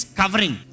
covering